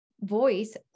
voice